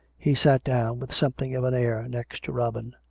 he sat down with something of an air next to robin.